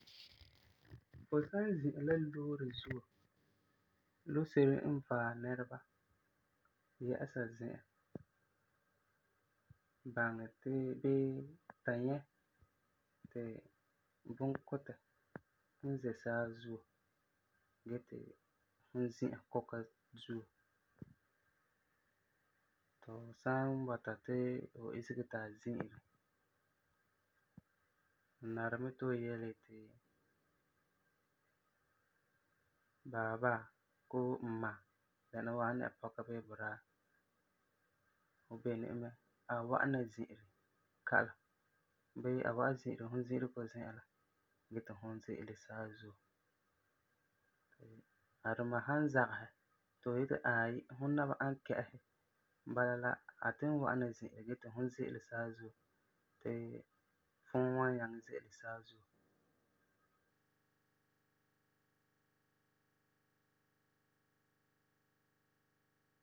Fu san zi'a la loore zuo, lo-se'ere n vaɛ nɛreba yɛsera zi'an, baŋɛ ti bii ka nyɛ ti bunkuntɛ n ze saazuo gee ti fum zi'a kuka zuo, ti fu san bɔta ti fu isege ti a zi'ire, la nari mɛ ti fu yele yeti, baaba Koo mma dɛna wuu a san dɛna pɔka bii budaa, du beleni e mɛ a wa'am na zi'ire kalam, bii a wa'am zi'ire fum zi'irego zi'an la gee ti fum ze'ele saazuo. A duma san zagesɛ, ti fu yeri aayi fum naba ani kɛ'ɛsi, bala la a tugum wa'am na zi'ire gee ti fum ze'ele saazuo, ti fum wan nyaŋɛ ze'ele saazuo.